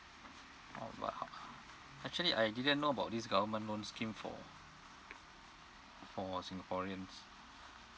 oh but how actually I didn't know about this government loan scheme for for singaporeans